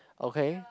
okay